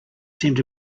seemed